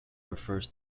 refers